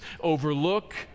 overlook